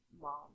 mom